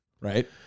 right